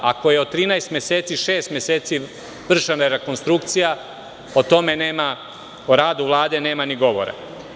Ako je od 13 meseci šest meseci vršena rekonstrukcija, onda o radu Vlade nema ni govora.